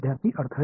विद्यार्थी अडथळे